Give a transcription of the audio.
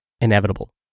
inevitable